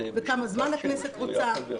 וכמה זמן הכנסת רוצה.